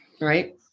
Right